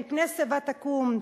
"מפני שיבה תקום",